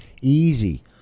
easy